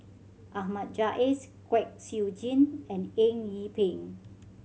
Ahmad Jais Kwek Siew Jin and Eng Yee Peng